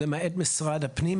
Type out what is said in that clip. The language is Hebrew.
למעט משרד הפנים,